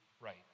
right